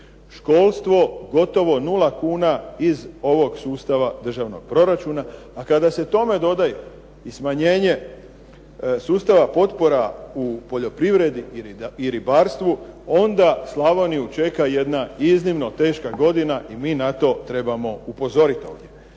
Školstvo gotovo nula kuna iz ovog sustava državnog proračuna, a kada se tome dodaju i smanjenje sustava potpora u poljoprivredi i ribarstvu, onda Slavoniju čeka jedna iznimno teška godina i mi na to trebamo upozoriti ovdje.